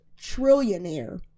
trillionaire